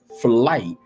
flight